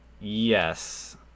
Yes